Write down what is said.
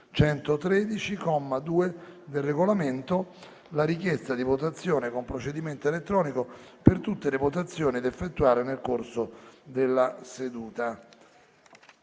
2, del Regolamento, la richiesta di votazione con procedimento elettronico per tutte le votazioni da effettuare nel corso della seduta.